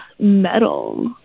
metal